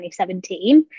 2017